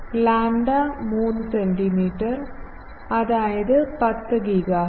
lambda 3 centimetre അതായത് 10 GHz